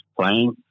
playing